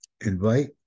invite